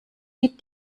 die